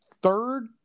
Third